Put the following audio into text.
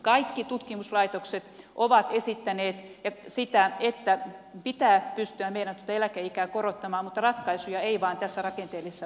kaikki tutkimuslaitokset ovat esittäneet sitä että pitää pystyä meidän tuota eläkeikää korottamaan mutta ratkaisuja ei vain tässä rakenteellisessa uudistuksessa kuulu